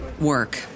work